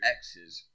Exes